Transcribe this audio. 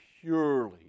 purely